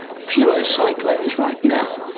fewer cyclones right now,